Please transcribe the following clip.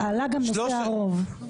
עלה גם נושא הרוב.